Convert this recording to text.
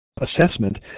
assessment